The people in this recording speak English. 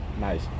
nice